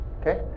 Okay